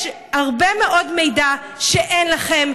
יש הרבה מאוד מידע שאין לכם,